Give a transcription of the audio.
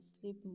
sleep